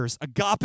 Agape